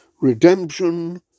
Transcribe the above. redemption